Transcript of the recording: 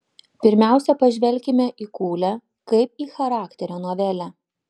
pirmiausia pažvelkime į kūlę kaip į charakterio novelę